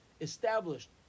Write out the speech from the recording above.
established